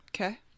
Okay